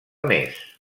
més